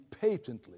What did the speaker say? patently